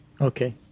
Okay